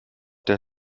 der